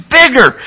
bigger